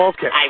Okay